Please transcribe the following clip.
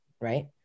right